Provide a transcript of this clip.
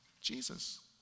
jesus